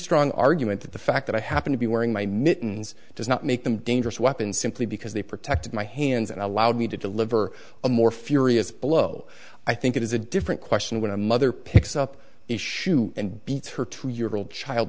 strong argument that the fact that i happen to be wearing my mittens does not make them dangerous weapons simply because they protected my hands and allowed me to deliver a more furious blow i think it is a different question when a mother picks up issue and beats her two year old child